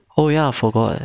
oh ya forgot